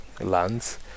lands